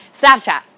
Snapchat